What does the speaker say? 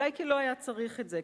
אולי כי לא היה צריך את זה,